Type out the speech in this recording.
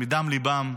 מדם ליבם,